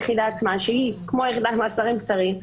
יחידה שהיא כמו יחידת מאסרים קצרים,